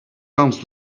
comes